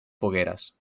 fogueres